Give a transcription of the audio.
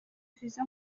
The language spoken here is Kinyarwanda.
visa